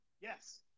Yes